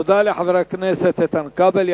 תודה לחבר הכנסת איתן כבל.